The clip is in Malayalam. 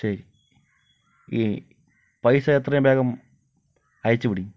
ശരി ഈ പൈസ എത്രയും വേഗം അയച്ചു പിടി